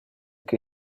que